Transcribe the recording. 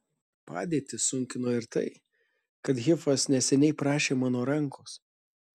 padėtį sunkino ir tai kad hifas neseniai prašė mano rankos